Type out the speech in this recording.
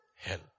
hell